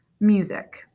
Music